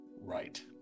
right